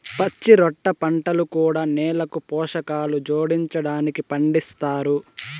పచ్చిరొట్ట పంటలు కూడా నేలకు పోషకాలు జోడించడానికి పండిస్తారు